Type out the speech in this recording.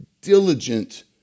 diligent